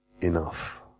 enough